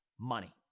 Money